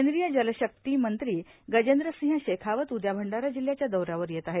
केंद्रीय जलशक्ती मंत्री गजेंद्र सिंह शेखावत उद्या भंडारा जिल्हयाच्या दौऱ्यावर येत आहेत